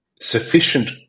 sufficient